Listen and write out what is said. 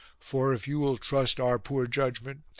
for, if you will trust our poor judgment,